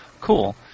cool